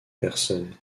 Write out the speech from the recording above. personne